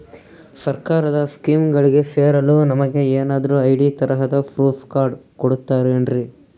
ಸರ್ಕಾರದ ಸ್ಕೀಮ್ಗಳಿಗೆ ಸೇರಲು ನಮಗೆ ಏನಾದ್ರು ಐ.ಡಿ ತರಹದ ಪ್ರೂಫ್ ಕಾರ್ಡ್ ಕೊಡುತ್ತಾರೆನ್ರಿ?